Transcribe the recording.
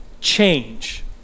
change